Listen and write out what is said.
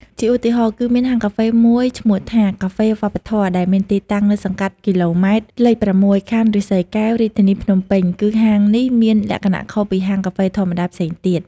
ជាឧទាហរណ៍ គឺមានហាងកាហ្វេមួយឈ្មោះថា “កាហ្វេវប្បធម៌” ដែលមានទីតាំងនៅសង្កាត់គីឡូម៉ែត្រ លេខ៦ ខណ្ឌឫស្សីកែវ រាជធានីភ្នំពេញ គឺហាងនេះមានលក្ខណៈខុសពីហាងកាហ្វេធម្មតាផ្សេងទៀត។